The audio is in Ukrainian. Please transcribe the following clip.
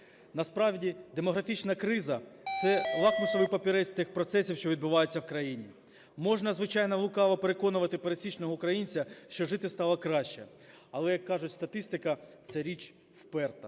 Насправді демографічна криза – це лакмусовий папірець тих процесів, що відбуваються в країні. Можна, звичайно, лукаво переконувати пересічного українця, що жити стало краще, але, як кажуть, статистика - це річ вперта.